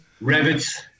Rabbits